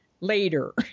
Later